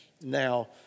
now